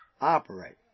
operate